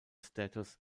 status